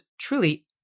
truly